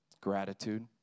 Gratitude